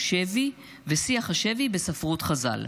שבי ושיח השבי בספרות חז"ל",